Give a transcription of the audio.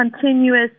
continuous